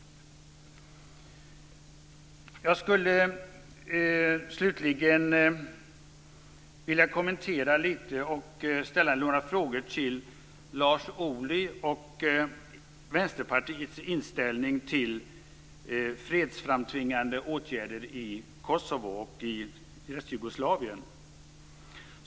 Jag skulle slutligen lite vilja kommentera Vänsterpartiets inställning till fredsframtvingande åtgärder i Kosovo och Restjugoslavien och ställa några frågor till Lars Ohly.